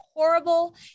Horrible